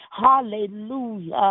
Hallelujah